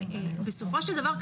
בסופו של דבר,